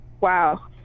Wow